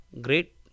great